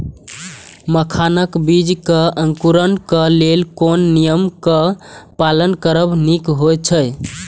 मखानक बीज़ क अंकुरन क लेल कोन नियम क पालन करब निक होयत अछि?